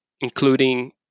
including